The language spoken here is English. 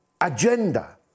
agenda